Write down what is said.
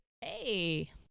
Hey